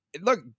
Look